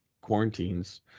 quarantines